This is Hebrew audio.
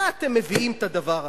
מה אתם מביאים את הדבר הזה?